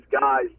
guys